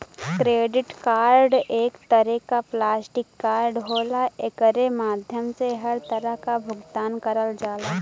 credit card एक तरे क प्लास्टिक कार्ड होला एकरे माध्यम से हर तरह क भुगतान करल जाला